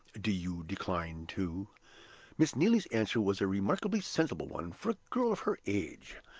do you decline too miss neelie's answer was a remarkably sensible one for a girl of her age.